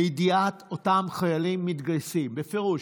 בפירוש,